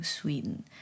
Sweden